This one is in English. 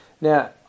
Now